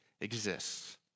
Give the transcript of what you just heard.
exists